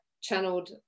channeled